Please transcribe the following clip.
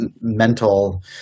mental